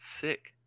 sick